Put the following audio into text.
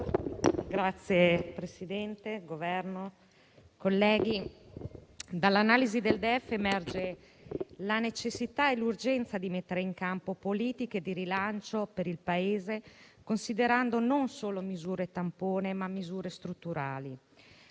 Governo, onorevoli colleghi, dall'analisi del DEF emerge la necessità e l'urgenza di mettere in campo politiche di rilancio per il Paese, considerando non solo misure tampone, ma misure strutturali.